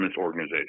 organizations